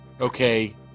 Okay